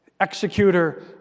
executor